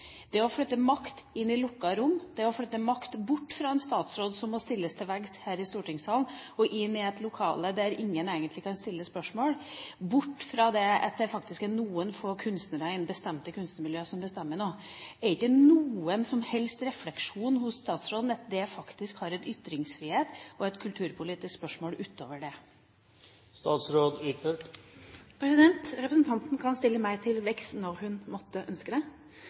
Det å flytte makt inn i lukkede rom, det å flytte makt bort fra en statsråd – som må stilles til veggs her i stortingssalen – og inn i et lokale der ingen egentlig kan stille spørsmål, og det at det nå faktisk er noen få kunstnere i bestemte kunstnermiljøer som bestemmer: Er det ikke noen som helst refleksjon hos statsråden over at dette faktisk handler om ytringsfrihet og er et kulturpolitisk spørsmål utover det? Representanten kan stille meg til veggs når hun måtte ønske det.